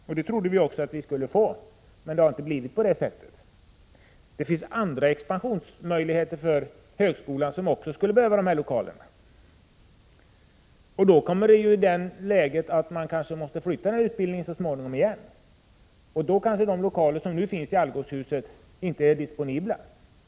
Vi trodde också att vi skulle få det så, men det har inte blivit på det sättet. Det finns andra expansionsmöjligheter för högskolan där dessa lokaler också skulle behövas. Nu kan man kommaii det läget att den här utbildningen så småningom måste flyttas igen, och då kanske de lokaler som nu finns i Algotshuset inte är disponibla.